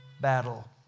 battle